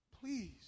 please